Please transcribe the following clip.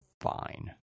fine